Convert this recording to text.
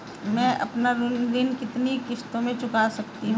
मैं अपना ऋण कितनी किश्तों में चुका सकती हूँ?